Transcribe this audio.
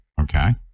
Okay